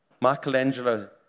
Michelangelo